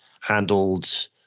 handled